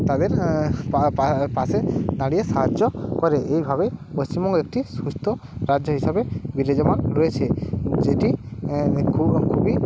তাদের পা পা পাশে দাঁড়িয়ে সাহায্য করে এইভাবেই পশ্চিমবঙ্গ একটি সুস্থ রাজ্য হিসাবে বিরাজমান রয়েছে যেটি খু খুবই